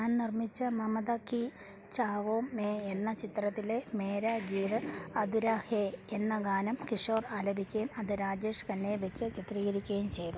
താന് നിര്മ്മിച്ച മമത കി ഛാവോം മേ എന്ന ചിത്രത്തിലെ മേരാ ഗീത് അധുരാ ഹേ എന്ന ഗാനം കിഷോർ ആലപിക്കുകയും അത് രാജേഷ് ഖന്നയെ വച്ച് ചിത്രീകരിക്കുകയും ചെയ്തു